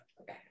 Okay